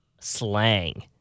slang